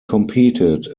competed